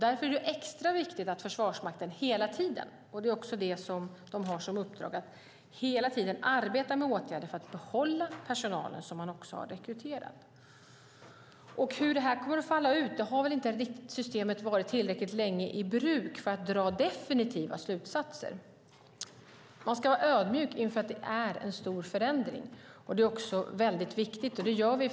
Därför är det extra viktigt att Försvarsmakten hela tiden arbetar med åtgärder för att behålla den personal man har rekryterat. Systemet har inte varit tillräckligt länge i bruk för att man ska kunna dra definitiva slutsatser om hur det kommer att falla ut. Man ska vara ödmjuk inför att det är en stor förändring.